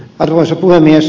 arvoisa puhemies